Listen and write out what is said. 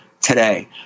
today